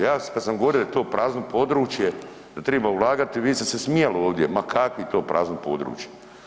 Ja kad sam govorio da je to prazno područje, da triba ulagati, ti ste se smijali ovdje, ma kakvi to prazno područje.